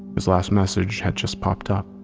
his last message had just popped up.